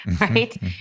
Right